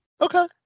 Okay